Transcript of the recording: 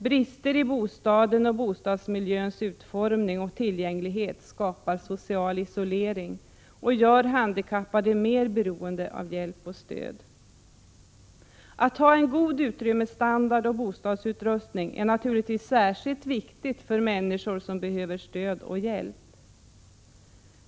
Brister i bostaden och i bostadsmiljöns utformning och tillgänglighet skapar social isolering och gör handikappade mer beroende av hjälp och stöd. Att ha en god utrymmesstandard och bostadsutrustning är naturligtvis särskilt viktigt för människor som behöver stöd och hjälp.